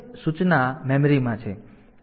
તેથી આ PSEN bar line સક્રિય છે